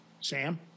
Sam